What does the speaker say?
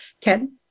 Ken